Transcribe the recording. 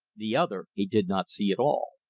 the other he did not see at all.